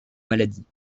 maladies